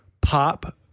pop